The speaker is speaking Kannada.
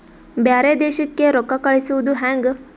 ಬ್ಯಾರೆ ದೇಶಕ್ಕೆ ರೊಕ್ಕ ಕಳಿಸುವುದು ಹ್ಯಾಂಗ?